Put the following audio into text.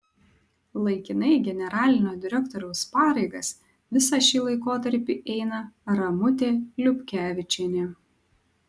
laikinai generalinio direktoriaus pareigas visą šį laikotarpį eina ramutė liupkevičienė